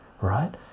right